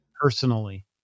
personally